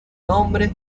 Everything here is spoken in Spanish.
hombre